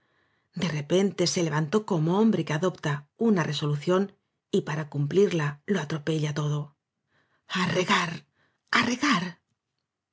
de repente se levantó como hombre que adopta una resolución y para cumplirla lo atro pella todo a regar